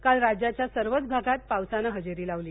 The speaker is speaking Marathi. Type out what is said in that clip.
काल राज्याच्या सर्वच भागात पावसानं हजेरी लावली